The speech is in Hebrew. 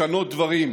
לשנות דברים,